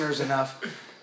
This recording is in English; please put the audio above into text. enough